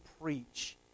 preach